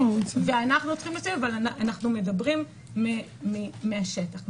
אבל אנחנו מדברים מהשטח,